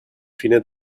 fine